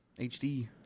HD